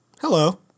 Hello